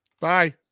Bye